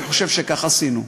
ואני חושב שכך עשינו.